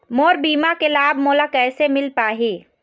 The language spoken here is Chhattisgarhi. मोर बीमा के लाभ मोला कैसे मिल पाही?